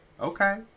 Okay